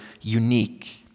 unique